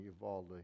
Uvalde